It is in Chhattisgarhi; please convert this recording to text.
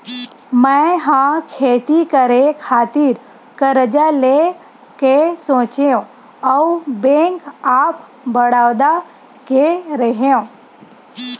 मै ह खेती करे खातिर करजा लेय के सोचेंव अउ बेंक ऑफ बड़ौदा गेव रेहेव